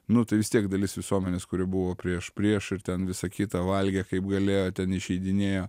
nu tai vis tiek dalis visuomenės kuri buvo prieš prieš ir ten visa kita valgė kaip galėjo ten išeidinėjo